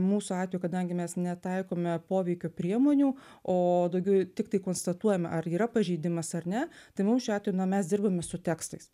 mūsų atveju kadangi mes netaikome poveikio priemonių o daugiau tiktai konstatuojame ar yra pažeidimas ar ne tai mum šiuo atveju na mes dirbame su tekstais